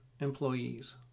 employees